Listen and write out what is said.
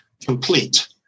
complete